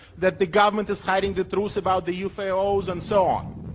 that the government is hiding the truth about the ufos and so on.